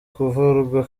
kuvurwa